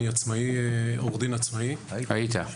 אני עורך דין עצמאי --- היית.